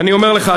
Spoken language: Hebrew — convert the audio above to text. ואני אומר לך,